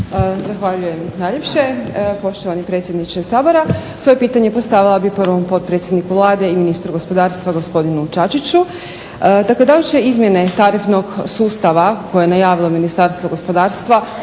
Zahvaljujem najljepše. Poštovani predsjedniče Sabora. Svoje pitanje postavila bih prvom potpredsjedniku Vlade i ministru gospodarstva gospodinu Čačiću. Dakle da li će izmjene tarifnog sustava koje je najavilo Ministarstvo gospodarstva